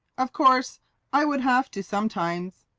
of course i would have to sometimes.